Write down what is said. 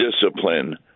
discipline